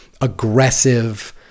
aggressive